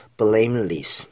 blameless